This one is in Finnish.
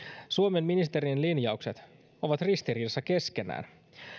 suomen ministerien linjaukset ovat ristiriidassa keskenään